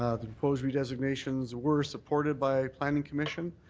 ah the proposed redesignations were supported by planning comission.